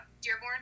dearborn